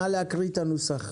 נא להקריא את הנוסח.